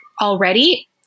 already